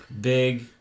big